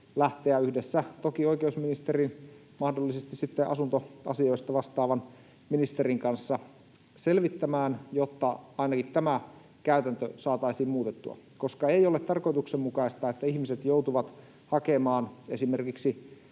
lähteä, toki yhdessä oikeusministerin ja mahdollisesti asuntoasioista vastaavan ministerin kanssa, selvittämään, jotta ainakin tämä käytäntö saataisiin muutettua, koska ei ole tarkoituksenmukaista, että ihmiset joutuvat hakemaan esimerkiksi